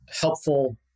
helpful